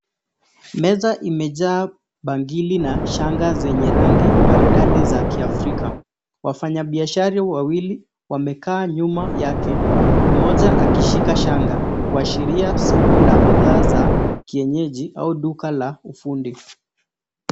Meza imejaa bangili na shanga zenye rangi maridadi za kiafrika. Wafanya biashara wawili wamekaa nyuma yake, mmoja akishika shanga kuashiria soko la bidhaa za kienyeji au duka la ufundi.